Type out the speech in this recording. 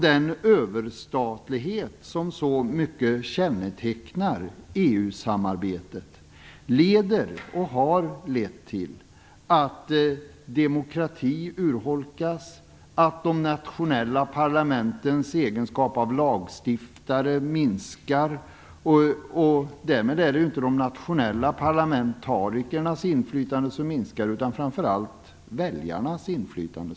Den överstatlighet som så mycket kännetecknar EU-samarbetet leder och har lett till att demokrati urholkas och att de nationella parlamentens egenskap av lagstiftare minskar. Därmed är det inte de nationella parlamentarikernas inflytande som minskar utan framför allt väljarnas inflytande.